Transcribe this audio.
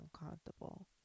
uncomfortable